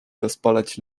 rozpalać